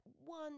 one